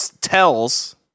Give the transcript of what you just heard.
tells